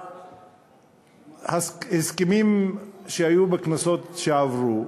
להסכמים שהיו בכנסות שעברו,